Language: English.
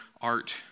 art